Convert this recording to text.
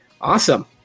Awesome